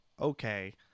okay